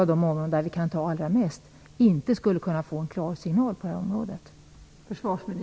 Jag har därför svårt att förstå varför man inte skulle kunna ge försvarsmakten en klar signal på det här området.